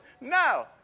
No